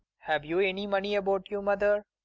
have you any money about you, mother?